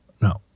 No